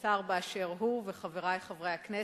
תודה רבה לך, השר באשר הוא וחברי חברי הכנסת,